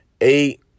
eight